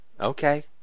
Okay